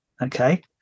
okay